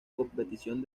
competición